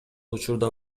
учурда